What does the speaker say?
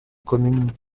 commune